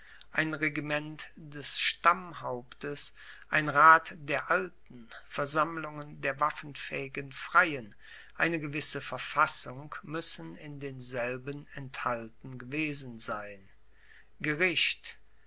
ein regiment des stammhauptes ein rat der alten versammlungen der waffenfaehigen freien eine gewisse verfassung muessen in denselben enthalten gewesen sein gericht